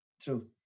True